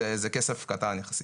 זה כסף קטן יחסית.